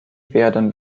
werden